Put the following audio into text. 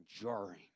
jarring